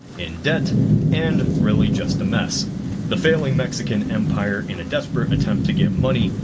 in debt and really just a mess the failing mexican empire in a desperate attempt to get money.